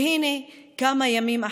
והינה, כמה ימים אחרי,